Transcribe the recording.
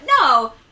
no